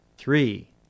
three